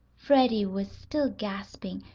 freddie was still gasping,